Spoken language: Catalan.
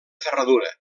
ferradura